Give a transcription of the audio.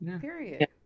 Period